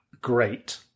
great